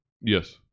yes